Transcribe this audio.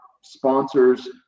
sponsors